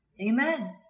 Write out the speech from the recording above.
amen